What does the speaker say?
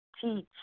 teach